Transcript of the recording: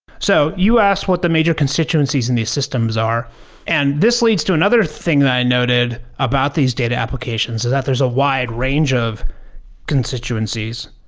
so you asked what the major constituencies in these systems are and this leads to another thing that i noted about these data applications, is that there's a wide range of constituencies.